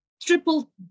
triple